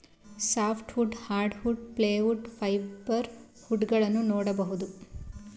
soft wood, hardwood, plywood, fibre wood ಗಳನ್ನೂ ನೋಡ್ಬೋದು